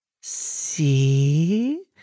See